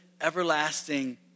everlasting